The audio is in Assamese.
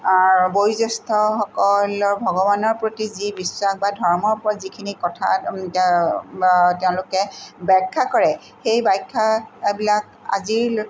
বয়োজ্যেষ্ঠসকলৰ ভগৱানৰ প্ৰতি যি বিশ্বাস বা ধৰ্মৰ ওপৰত যিখিনি কথা তেওঁলোকে ব্যাখ্যা কৰে সেই ব্যাখ্যাবিলাক আজিৰ ল